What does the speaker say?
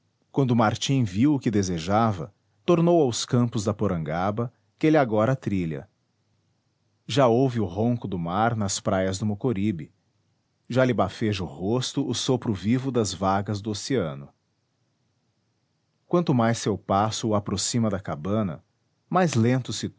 quando martim viu o que desejava tornou aos campos da porangaba que ele agora trilha já ouve o ronco do mar nas praias do mocoribe já lhe bafeja o rosto o sopro vivo das vagas do oceano quanto mais seu passo o aproxima da cabana mais lento se